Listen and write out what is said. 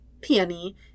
Peony